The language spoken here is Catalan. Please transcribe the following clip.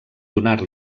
donar